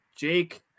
Jake